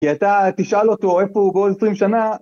כי אתה תשאל אותו איפה הוא בעוד 20 שנה